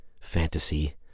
fantasy